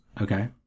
Okay